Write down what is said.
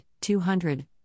200